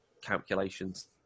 calculations